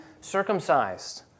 circumcised